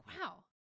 wow